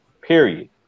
period